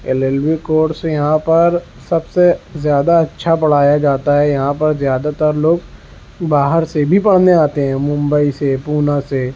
L L B course یہاں پر سب سے زیادہ اچھا پڑھایا جاتا ہے یہاں پر زیادہ تر لوگ باہر سے بھی پڑھنے آتے ہیں ممبئی سے پونا سے